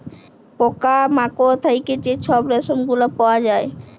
পকা মাকড় থ্যাইকে যে ছব রেশম গুলা পাউয়া যায়